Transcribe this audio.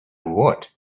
what